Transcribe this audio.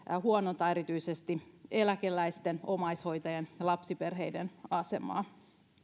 huonontaa erityisesti eläkeläisten omaishoitajien ja lapsiperheiden asemaa